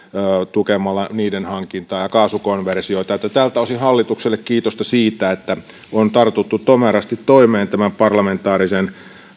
tukemalla niiden hankintaa ja kaasukonversioita tältä osin hallitukselle kiitosta siitä että on tartuttu tomerasti toimeen parlamentaarisen